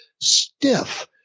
stiff